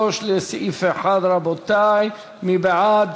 3 לסעיף 1. רבותי, מי בעד?